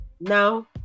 now